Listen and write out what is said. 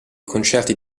concerti